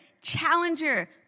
challenger